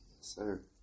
sir